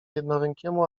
jednorękiemu